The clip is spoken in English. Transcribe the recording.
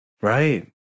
right